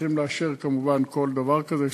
שצריכים לאשר כמובן כל דבר כזה,